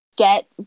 Get